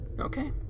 Okay